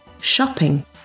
shopping